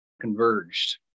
converged